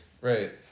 Right